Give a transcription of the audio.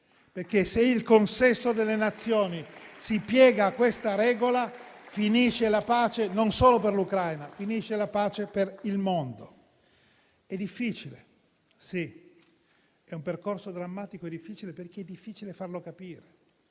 perché se il consesso delle Nazioni si piega a questa regola, finisce la pace non solo per l'Ucraina, ma per il mondo. È difficile, sì; è un percorso drammatico e difficile, perché è difficile farlo capire,